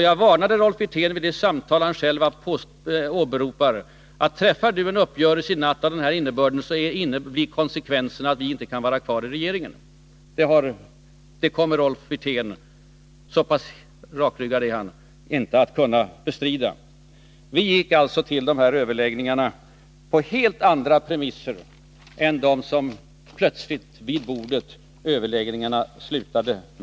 Jag varnade Rolf Wirtén vid det | samtal han själv åberopar: ”Träffar du en uppgörelse i natt av denna innebörd, så blir konsekvensen att vi inte kan vara kvar i regeringen.” Det | kommer Rolf Wirtén inte att kunna bestrida, så pass rakryggad är han. Vi gick alltså till överläggningarna på helt andra premisser än dem som